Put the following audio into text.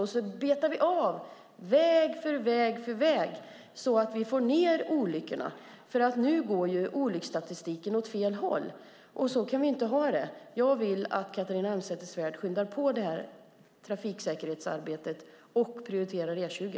På så sätt betar vi av väg efter väg så vi får ned antalet olyckor. Nu går ju olycksstatistiken åt fel håll, och så kan vi inte ha det. Jag vill att Catharina Elmsäter-Svärd skyndar på det här trafiksäkerhetsarbetet och prioriterar E20.